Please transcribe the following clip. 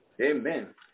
Amen